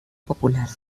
popular